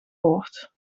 boord